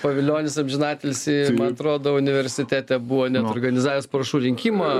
pavilionis amžinatilsį man atrodo universitete buvo organizavęs parašų rinkimą